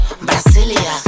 Brasilia